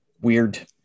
weird